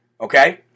Okay